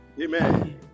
Amen